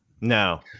No